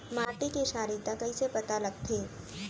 माटी के क्षारीयता कइसे पता लगथे?